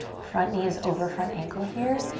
front knee is over front ankle here,